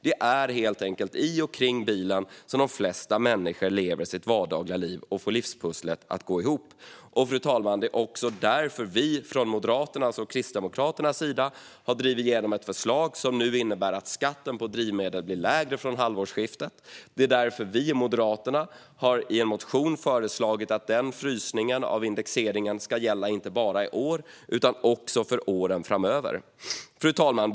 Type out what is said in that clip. Det är helt enkelt i och kring bilen de flesta människor lever sitt vardagliga liv för att få livspusslet att gå ihop. Fru talman! Det är därför Moderaterna och Kristdemokraterna har drivit igenom ett förslag som innebär att skatten på drivmedel blir lägre från halvårsskiftet. Det är därför Moderaterna i en motion har föreslagit att frysningen av indexeringen ska gälla inte bara i år utan också för åren framöver. Fru talman!